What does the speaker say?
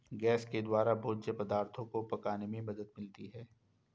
gas के द्वारा भोज्य पदार्थो को पकाने में मदद मिलती है